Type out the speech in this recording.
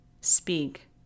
speak